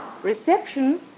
Reception